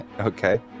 Okay